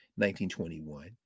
1921